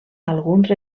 alguns